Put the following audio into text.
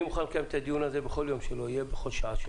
אני מוכן לקיים את הדיון הזה בכל יום, בכל שעה.